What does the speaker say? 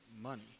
money